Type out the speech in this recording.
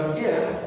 Yes